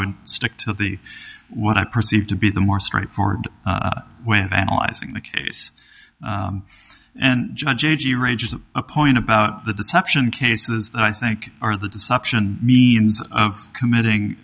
would stick to the what i perceived to be the more straightforward way of analyzing the case and a point about the deception cases that i think are the deception means of committing